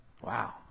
Wow